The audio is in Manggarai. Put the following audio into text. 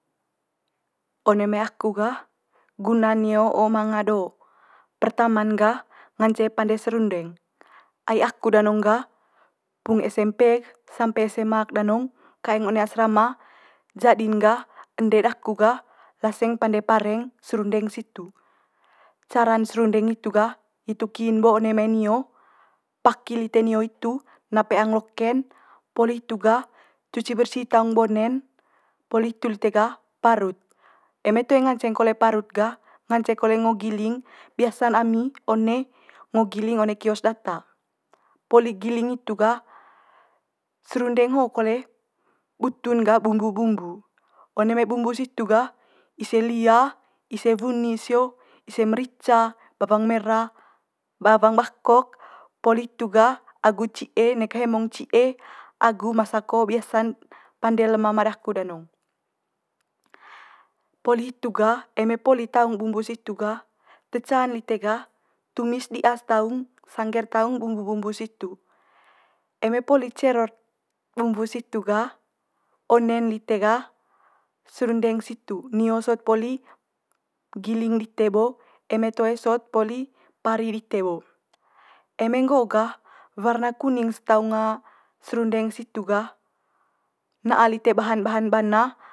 One mai aku gah guna nio ho'o manga do. Pertama'n gah ngance pande serundeng ai aku danong gah pung SMP sampe sma'k danong kaeng one asrama jadi'n gah ende daku gah laseng pande pareng serundeng situ. Cara'n serundeng hitu gah hitu kin bo one mai nio paki lite nio hitu na peang loke'n poli hitu gah cuci bersi taung bone'n poli hitu lite gah parut. Eme toe nganceng kole parut gah nganceng kole ngo giling, biasa'n ami one ngo giling one kios data. Poli giling hitu gah, serundeng ho kole butu'n gah bumbu bumbu. One mai bumbu situ gah ise lia, ise wunis sio, ise merica, bawang mera, bawang bakok poli hitu gah agu ci'e neka hemong ci'e agu masako biasa'n pande le mama dako danong. Poli hitu gah eme poli taung bumbu situ gah te ca'n lite gah tumis di'as taung sangger taung bumbu bumbu situ. Eme poli cero'd bumbu situ gah one'd lite gah serundeng situ nio sot poli giling dite bo eme toe sot poli pari dite bo. Eme nggo gah warna kuning's taung serundeng situ gah na'a lite bahan bahan bana.